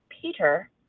Peter